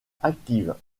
active